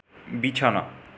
বিছানা